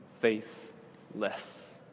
faithless